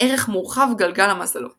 ערך מורחב – גלגל המזלות